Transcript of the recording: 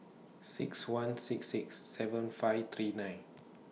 six one six six seven five three nine